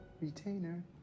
retainer